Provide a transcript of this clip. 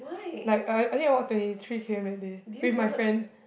like I I think I walk twenty three k_m that day with my friend